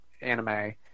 anime